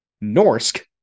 Norsk